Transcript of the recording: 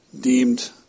deemed